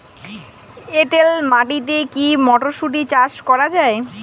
এটেল মাটিতে কী মটরশুটি চাষ করা য়ায়?